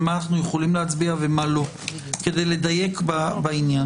על מה אנחנו יכולים להצביע ועל מה כדי לדייק בעניין?